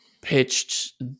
pitched